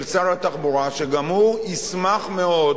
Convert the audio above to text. של שר התחבורה,